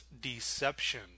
deception